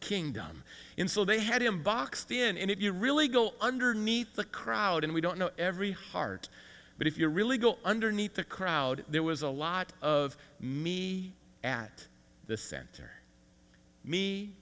kingdom in so they had him boxed in and if you really go underneath the crowd and we don't know every heart but if you really go underneath the crowd there was a lot of me at the center me